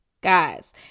guys